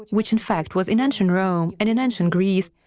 which in fact was in ancient rome and in ancient greece,